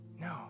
No